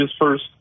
first